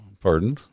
Pardon